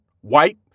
White